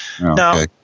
Now